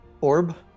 orb